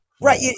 Right